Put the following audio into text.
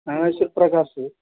ನನ್ನ ಹೆಸ್ರು ಪ್ರಕಾಶ